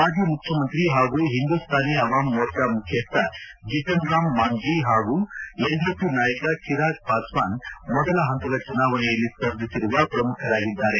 ಮಾಜಿ ಮುಖ್ಯಮಂತ್ರಿ ಹಾಗೂ ಹಿಂದೂಸ್ತಾನಿ ಅವಾಮ್ ಮೋರ್ಚಾ ಮುಖ್ಯಸ್ಥ ಜಿತನ್ ರಾಮ್ ಮಾಂಜೀ ಹಾಗೂ ಎಲ್ಜೆಪಿ ನಾಯಕ ಚಿರಾಗ್ ಪಾಸ್ವಾನ್ ಮೊದಲ ಹಂತದ ಚುನಾವಣೆಯಲ್ಲಿ ಸ್ಪರ್ಧಿಸಿರುವ ಪ್ರಮುಖರಾಗಿದ್ದಾರೆ